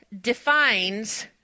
defines